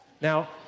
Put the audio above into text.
Now